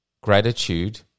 gratitude